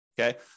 Okay